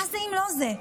מה זה אם לא זה?